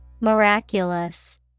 Miraculous